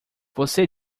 você